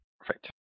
Perfect